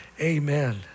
Amen